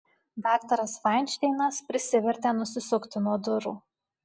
daktaras fainšteinas prisivertė nusisukti nuo durų